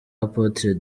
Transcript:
apôtre